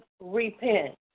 repent